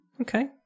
Okay